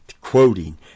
Quoting